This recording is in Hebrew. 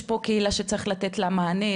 יש פה קהילה שצריך לתת לה מענה,